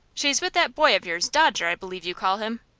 she's with that boy of yours dodger, i believe you call him.